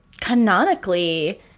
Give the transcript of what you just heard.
Canonically